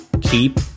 keep